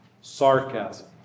sarcasm